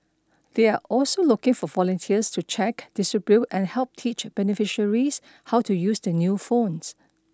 they're also looking for volunteers to check distribute and help teach beneficiaries how to use the new phones